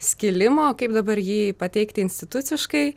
skilimo kaip dabar jį pateikti instituciškai